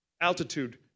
Altitude